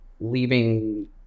leaving